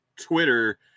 Twitter